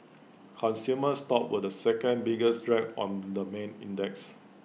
consumer stocks were the second biggest drag on the main index